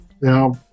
Now